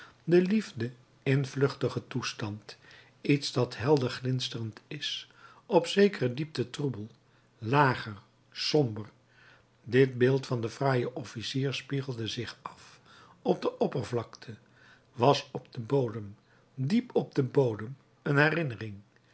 de liefde in vluchtigen toestand iets dat helder glinsterend is op zekere diepte troebel lager somber dit beeld van den fraaien officier spiegelde zich af op de oppervlakte was op den bodem diep op den bodem een herinnering